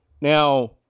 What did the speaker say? Now